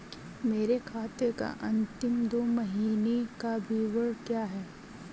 मेरे खाते का अंतिम दो महीने का विवरण क्या है?